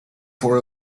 for